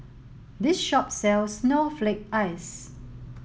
this shop sells snowflake ice